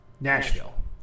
Nashville